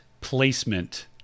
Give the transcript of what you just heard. placement